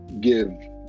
give